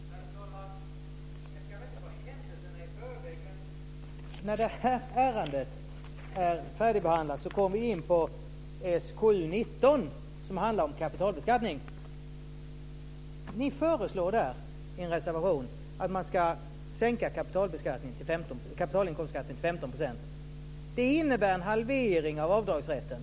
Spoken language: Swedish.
Fru talman! Jag ska väl inte gå händelserna i förväg men när det här ärendet är färdigbehandlat kommer vi in på betänkande SkU19 som handlar om kapitalbeskattning. I en reservation föreslår ni en sänkning av kapitalinkomstskatten till 15 %. Det innebär en halvering av avdragsrätten.